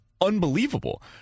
unbelievable